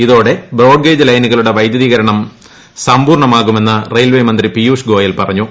ഇതോടെ ബ്രോഡ്ഗേജ് ലൈനുകളുടെ വൈദ്യുതീകരണം സമ്പൂർണ്ണമാകുമെന്ന് റെയിൽവേമന്ത്രി പിയൂഷ് ഗോയൽ പറഞ്ഞു